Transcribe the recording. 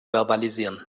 verbalisieren